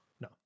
No